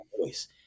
voice